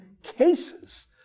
cases